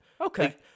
Okay